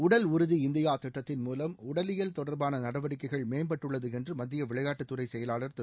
உடல் உறுதி இந்தியா திட்டத்தின் மூலம் உடலியல் தொடர்பான நடவடிக்கைகள் மேம்பட்டுள்ளது என்று மத்திய விளையாட்டுத்துறை செயலாளர் திரு